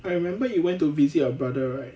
I remember you went to visit your brother right